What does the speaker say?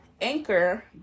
Anchor